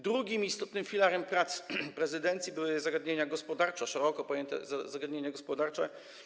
Drugim istotnym filarem prac prezydencji były zagadnienia gospodarcze, szeroko pojęte zagadnienia gospodarcze.